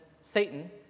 Satan